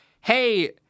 hey